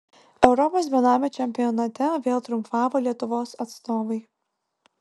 europos benamių čempionate vėl triumfavo lietuvos atstovai